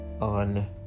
on